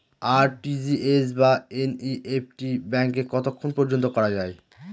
RTGS বা NEFT ব্যাংকে কতক্ষণ পর্যন্ত করা যায়?